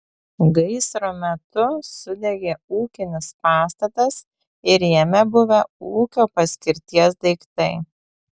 gaisro metu sudegė ūkinis pastatas ir jame buvę ūkio paskirties daiktai